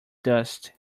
dust